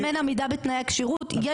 אם אין עמידה בתנאי הכשירות,